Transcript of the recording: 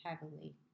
heavily